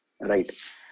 right